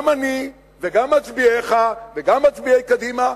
גם אני, וגם מצביעיך וגם מצביעי קדימה.